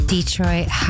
Detroit